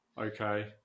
Okay